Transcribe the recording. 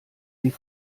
sie